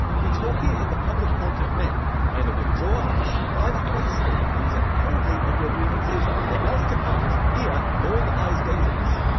we talk here in the public haunt of men either withdraw unto some private place, and reason coldly of your grievances, or else depart here all eyes gaze on us.